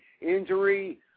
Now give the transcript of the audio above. injury –